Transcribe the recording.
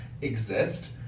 exist